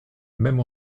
même